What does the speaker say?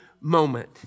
moment